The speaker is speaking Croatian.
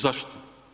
Zašto?